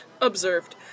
Observed